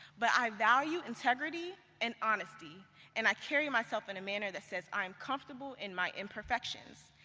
but i value integrity and honesty and i carry myself in a manner that says i am comfortable in my imperfections.